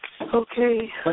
Okay